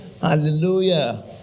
Hallelujah